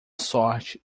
sorte